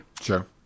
Sure